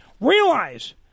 realize